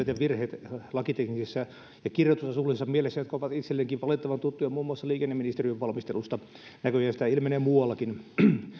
virheet lakiteknisessä ja kirjoitusasullisessa mielessä jotka ovat itsellenikin valitettavan tuttuja muun muassa liikenneministeriön valmisteluista näköjään niitä ilmenee muuallakin